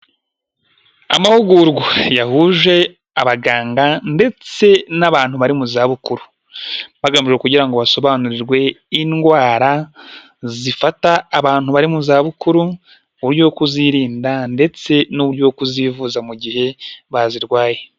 Amahugurwa yahuje abaganga ndetse n'abantu bari mu zabukuru, hagamijwe kugira ngo basobanurirwe indwara zifata abantu bari mu zabukuru, mu buryo bwo kuzirinda ndetse n'uburyo bwo kuzivuza mu gihe bazirwaye.